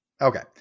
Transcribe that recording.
Okay